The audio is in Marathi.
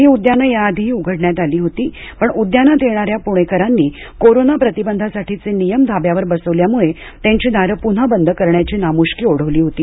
ही उद्यानं या आधीही उघडण्यात आली होती पण उद्यानात येणाऱ्या प्णेकरांनी कोरोना प्रतिबंधासाठीचे नियम धाब्यावर बसवल्यामुळे त्यांची दारं पुन्हा बंद करण्याची नामुष्की ओढवली होती